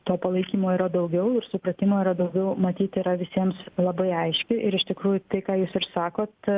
to palaikymo yra daugiau ir supratimo yra daugiau matyti yra visiems labai aiškiai ir iš tikrųjų tai ką jūs ir sakot